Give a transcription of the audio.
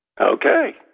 Okay